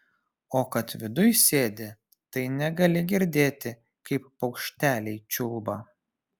o kad viduj sėdi tai negali girdėti kaip paukšteliai čiulba